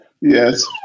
Yes